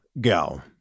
go